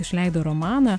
išleido romaną